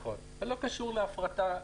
אבל זה לא קשור להפרטה,